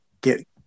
get